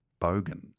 bogan